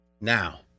now